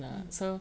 mmhmm